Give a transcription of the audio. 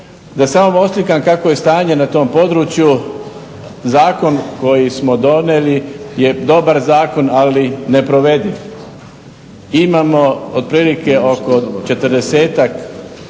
Da samo oslikam kakvo je stanje na tom području. Zakon koji smo donijeli je dobar zakon ali neprovediv. Imamo otprilike oko